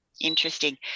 interesting